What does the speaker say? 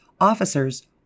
officers